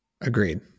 Agreed